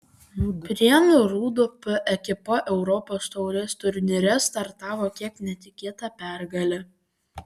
prienų rūdupio ekipa europos taurės turnyre startavo kiek netikėta pergale